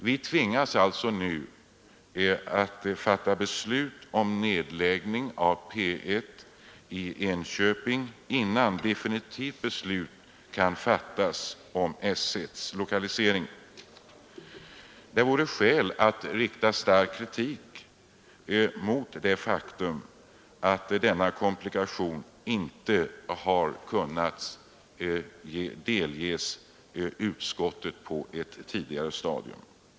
Nu tvingas vi alltså att fatta beslut om nedläggning av P1 före ett definitivt beslut om lokalisering av S 1. Det vore skäl att rikta stark kritik mot det faktum att denna komplikation inte har kunnat delges utskottet på ett tidigare stadium.